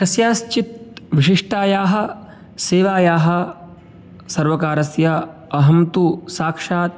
कस्याश्चित् विशिष्टायाः सेवायाः सर्वकारस्य अहं तु साक्षात्